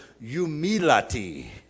humility